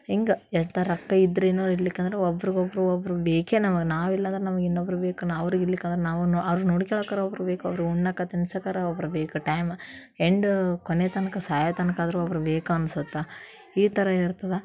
ಹಿಂಗೆ ಎಂಥ ರೊಕ್ಕ ಇದ್ದರೇನು ಇರ್ಲಿಕ್ಕಂದ್ರೂ ಒಬ್ರಿಗೊಬ್ರು ಒಬ್ರು ಬೇಕೆ ನಮಗೆ ನಾವು ಇಲ್ಲಂದ್ರೆ ನಮಗೆ ಇನ್ನೊಬ್ರು ಬೇಕು ನಾ ಅವ್ರಿಗೆ ಇರ್ಲಿಕ್ಕಂದ್ರೆ ನಾವೂ ಅವ್ರ್ನ ನೋಡಿಕೊಳ್ಳೋಕಾರ ಒಬ್ರು ಬೇಕು ಅವ್ರಿಗೆ ಉಣ್ಣೊಕೆ ತಿನ್ಸೋಕಾರ ಒಬ್ರು ಬೇಕು ಟೈಮ್ ಎಂಡ್ ಕೊನೆ ತನಕ ಸಾಯೋ ತನಕ ಆದ್ರೂ ಒಬ್ರು ಬೇಕು ಅನ್ಸುತ್ತೆ ಈ ಥರ ಇರ್ತದೆ